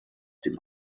dem